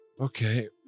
Okay